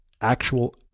actual